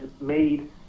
made